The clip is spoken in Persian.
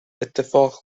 اتفاق